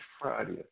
Friday